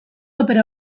opera